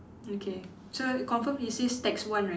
okay so confirm it says tax one right